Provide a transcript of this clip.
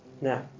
Now